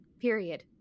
period